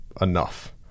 enough